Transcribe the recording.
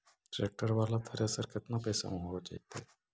Tractor बाला thresher केतना पैसा में हो जैतै?